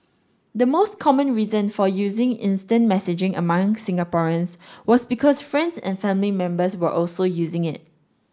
the most common reason for using instant messaging among Singaporeans was because friends and family members were also using it